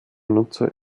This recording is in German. nutzer